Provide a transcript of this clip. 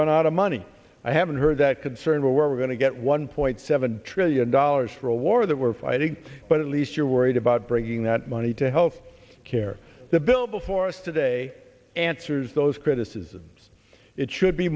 run out of money i haven't heard that concern where we're going to get one point seven trillion dollars for a war that we're fighting but at least you're worried about bringing that money to health care the bill before us today answers those criticisms it should be